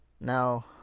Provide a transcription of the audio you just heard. Now